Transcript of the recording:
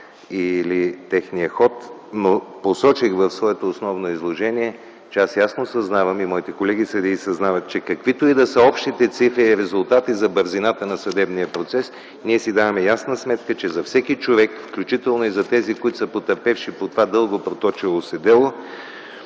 или техния ход, но посочих в своето основно изложение, че ясно осъзнавам и моите колеги съдии съзнават, че каквито и да са общите цифри и резултати за бързината на съдебния процес, ние си даваме ясна сметка, че за всеки човек, включително и за тези, които са потърпевши по това дълго проточило се дело,